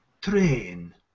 train